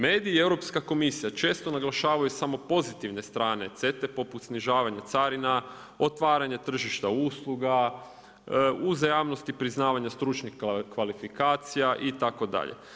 Mediji i Europska komisija često naglašavaju samo pozitivne strane CETA-e, poput snižavanja carina, otvaranje tržišta usluga, uzajamnosti priznavanja stručnih kvalifikacija itd.